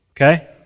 Okay